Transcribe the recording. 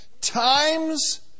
times